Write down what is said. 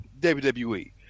WWE